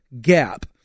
gap